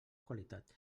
qualitat